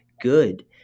good